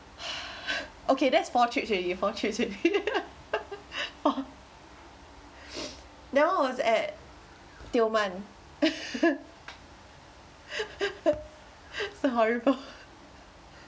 okay that's four trips already four trips already that one was at tioman so horrible